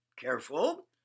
Careful